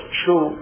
true